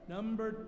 Number